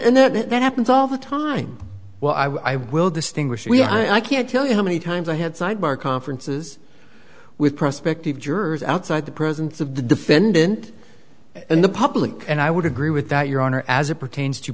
and that happens all the time well i will distinguish we i can't tell you how many times i had sidebar conferences with prospective jurors outside the presence of the defendant and the public and i would agree with that your honor as it pertains to